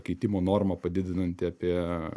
keitimo normą padidinanti apie